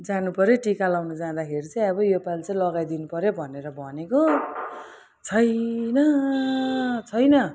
जानुपऱ्यो टिका लाउनु जाँदाखेरि चाहिँ अब यो पालि लगाइदिनु पऱ्यो भनेर भनेको छैन छैन